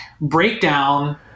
breakdown